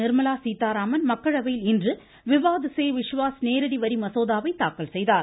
நிர்மலா சீதாராமன் மக்களவையில் இன்று விவாத் சே விஷ்வாஸ் நேரடி வரி மசோதாவை தாக்கல் செய்தார்